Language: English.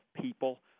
people